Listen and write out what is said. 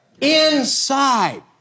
Inside